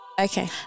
Okay